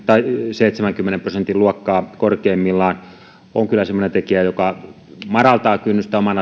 seitsemänkymmenen prosentin luokkaa korkeimmillaan on kyllä semmoinen tekijä joka madaltaa kynnystä oman